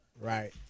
right